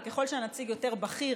וככל שהנציג יותר בכיר,